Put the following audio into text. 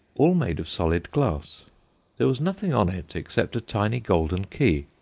all made of solid glass there was nothing on it except a tiny golden key,